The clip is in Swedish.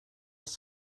oss